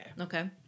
Okay